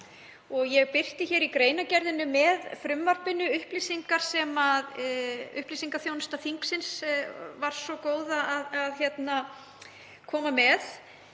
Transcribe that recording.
Ég birti í greinargerð með frumvarpinu upplýsingar sem upplýsingaþjónusta þingsins var svo góð að koma með,